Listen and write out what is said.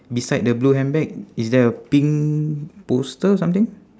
beside the blue handbag is there a pink poster or something